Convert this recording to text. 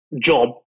job